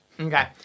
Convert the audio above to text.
Okay